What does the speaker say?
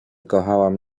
kochałam